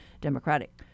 Democratic